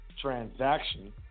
Transaction